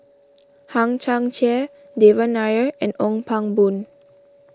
Hang Chang Chieh Devan Nair and Ong Pang Boon